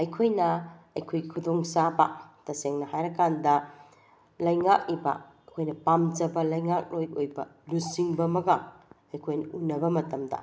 ꯑꯩꯈꯣꯏꯅ ꯑꯩꯈꯣꯏꯒꯤ ꯈꯨꯗꯣꯡ ꯆꯥꯕ ꯇꯁꯦꯡꯅ ꯍꯥꯏꯔ ꯀꯥꯟꯗ ꯂꯩꯉꯥꯛꯏꯕ ꯑꯩꯈꯣꯏꯅ ꯄꯥꯝꯖꯕ ꯂꯩꯉꯥꯛꯂꯣꯏ ꯑꯣꯏꯕ ꯂꯨꯆꯤꯡꯕ ꯑꯃꯒ ꯑꯩꯈꯣꯏꯅ ꯎꯟꯅꯕ ꯃꯇꯝꯗ